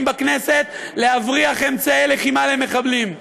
בכנסת להבריח אמצעי לחימה למחבלים.